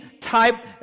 type